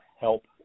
help